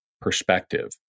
perspective